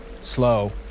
slow